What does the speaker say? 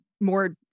more